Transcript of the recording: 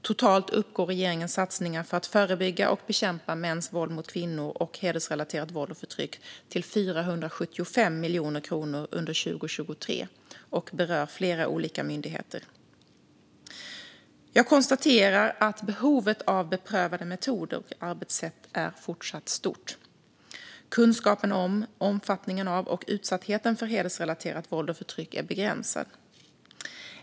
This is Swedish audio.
Totalt uppgår regeringens satsningar för att förebygga och bekämpa mäns våld mot kvinnor och hedersrelaterat våld och förtryck till 475 miljoner kronor under 2023 och berör flera olika myndigheter. Jag konstaterar att behovet av beprövade metoder och arbetssätt är fortsatt stort. Kunskapen om omfattningen av och utsattheten för hedersrelaterat våld och förtryck är begränsad.